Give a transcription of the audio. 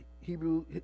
Hebrew